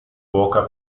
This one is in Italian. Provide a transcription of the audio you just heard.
cuoca